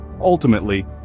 ultimately